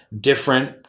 different